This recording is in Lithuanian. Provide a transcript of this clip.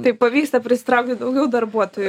tai pavyksta prisitraukti daugiau darbuotojų